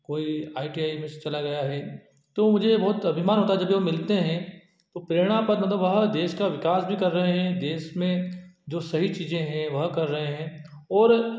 कोई I T I में चला गया है तो मुझे बहुत अभिमान होता है जब भी वो मिलते हैं तो प्रेरणा प्रद मतलब वह देश का विकास भी कर रहे हैं देश में जो सही चीजे हैं वह कर रहे हैं और